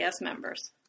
members